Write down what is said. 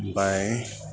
ओमफ्राय